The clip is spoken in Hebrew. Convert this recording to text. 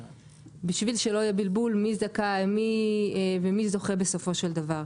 בשביל שלא יהיה בלבול מי זכאי ומי זוכה בסופו של דבר.